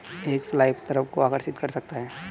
एक फ्लाई उपद्रव को आकर्षित कर सकता है?